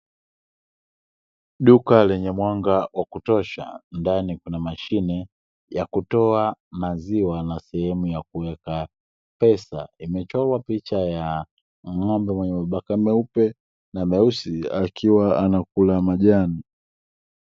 Duka lenye mwanga wa kutosha ndani kuna mashine ya kutoa maziwa na sehemu ya kuweka pesa, Imechorwa picha ya ng’ombe mwenye mabaka meupe na meusi akiwa anakula majani.